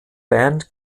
band